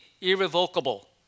irrevocable